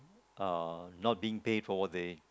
uh not being paid for what they